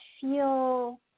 feel